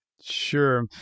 Sure